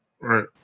Right